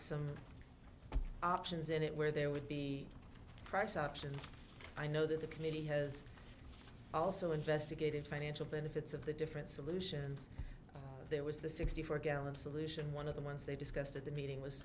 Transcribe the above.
some options in it where there would be price options i know that the committee has also investigated financial benefits of the different solutions there was the sixty four gallon solution one of the ones they discussed at the meeting was